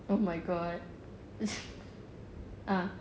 oh my god ah